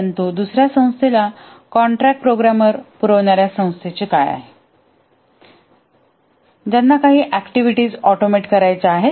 परंतु दुसर्या संस्थेला कॉन्ट्रॅक्ट प्रोग्रामर पुरवणाऱ्या संस्थेचे काय आहे ज्यांना काही ऍक्टिव्हिटीज ऑटोमॅटे करायच्या आहेत